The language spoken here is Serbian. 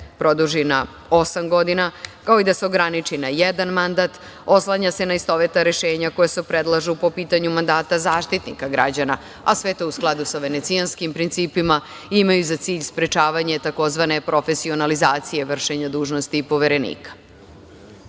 produži na osam godina, kao i da se ograniči na jedan mandat, oslanja se na istovetna rešenja koja se predlažu po pitanju mandata Zaštitnika građana, a sve to u skladu sa venecijanskim principima imaju za cilj sprečavanje tzv. profesionalizacije vršenja dužnosti Poverenika. Takođe,